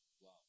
Wow